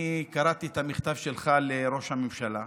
אני קראתי את המכתב שלך לראש הממשלה,